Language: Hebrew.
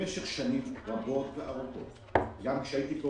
במשך שנים רבות וארוכות, גם כשהייתי...